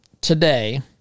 today